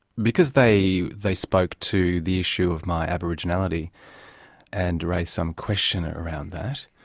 because they they spoke to the issue of my aboriginality and raised some question around that,